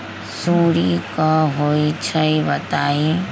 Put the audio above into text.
सुडी क होई छई बताई?